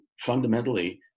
fundamentally